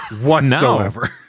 whatsoever